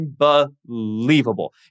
unbelievable